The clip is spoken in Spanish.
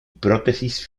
prótesis